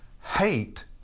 hate